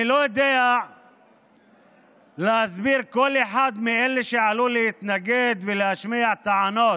אני לא יודע להסביר כל אחד מאלה שעלו להתנגד ולהשמיע טענות